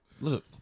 Look